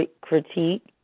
critique